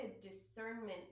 discernment